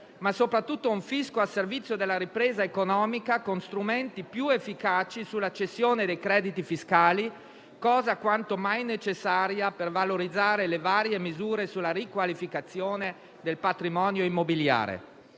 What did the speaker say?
ma soprattutto un fisco al servizio della ripresa economica, con strumenti più efficaci sulla cessione dei crediti fiscali, cosa quanto mai necessaria per valorizzare le varie misure sulla riqualificazione del patrimonio immobiliare.